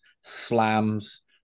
slams